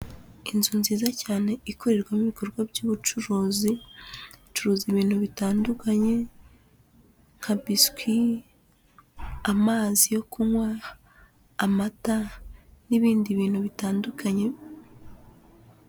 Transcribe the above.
Inzu nziza cyane ikorerwamo ibikorwa by'ubucuruzi, icuruza ibintu bitandukanye nka biswi, amazi yo kunywa, amata n'ibindi bintu bitandukanye.